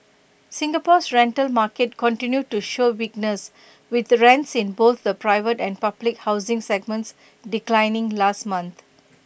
Singapore's rental market continued to show weakness with rents in both the private and public housing segments declining last month